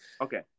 Okay